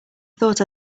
thought